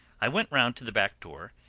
i went round to the back door,